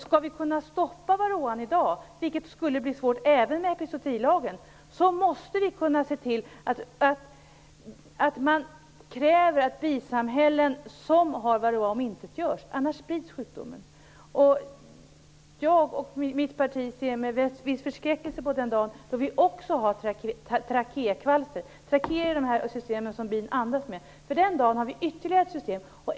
Skall vi kunna stoppa varroan i dag, vilket skulle bli svårt även med hjälp av epizootilagen, måste vi kräva att bisamhällen som har varroa omintetgörs, annars sprids sjukdomen. Jag och mitt parti ser med viss förskräckelse på den dag då vi också har trakékvalster. Trakéer är de system som bin andas med. När den dagen kommer har vi ytterligare ett problem.